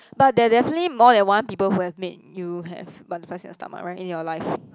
but there definitely more than one people who have made you have butterflies in your stomach right in your life